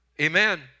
Amen